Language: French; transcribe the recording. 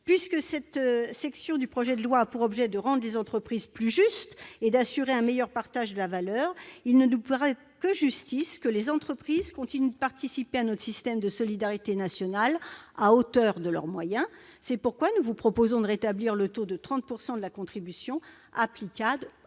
Puisque cette section du projet de loi a pour objet de rendre les entreprises plus justes et d'assurer un meilleur partage de la valeur, il ne nous paraît que justice que les entreprises continuent de participer à notre système de solidarité nationale à hauteur de leurs moyens. C'est pourquoi nous vous proposons de rétablir le taux de 30 % de la contribution applicable